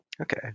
Okay